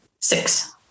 Six